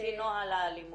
לפי נוהל האלימות.